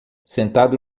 sentado